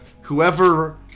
whoever